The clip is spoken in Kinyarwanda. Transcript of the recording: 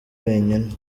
wenyine